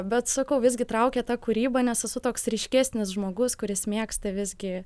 bet sakau visgi traukė ta kūryba nes esu toks ryškesnis žmogus kuris mėgsta visgi